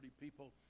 people